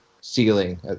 ceiling